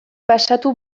pasatu